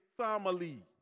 family